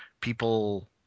People